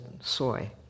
soy